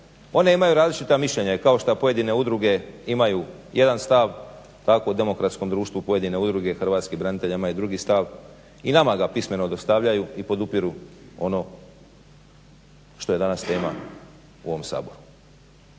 One imaju različita mišljenja kao što i pojedine udruge imaju jedan stav tako u demokratskom društvu pojedine udruge hrvatskih branitelja imaju drugi stav. i nama ga pismeno dostavljaju i podupiru ono što je danas tema u ovom Saboru.